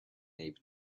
able